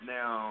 Now